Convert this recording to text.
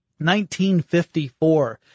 1954